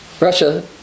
Russia